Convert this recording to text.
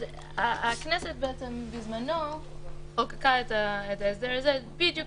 הכנסת בזמנו חוקקה את ההסדר הזה בדיוק